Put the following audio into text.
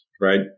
right